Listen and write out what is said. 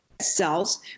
cells